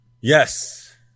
Yes